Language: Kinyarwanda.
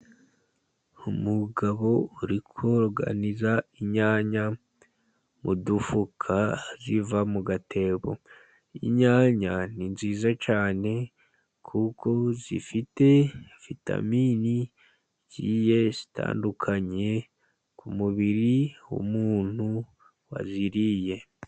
Umugabo uri koroganiza inyanya mu dufuka ziva mu gatebo, inyanya ni nziza cyane, kuko zifite vitamini zigiye zitandukanye, ku mubiri w'umuntu waziriye.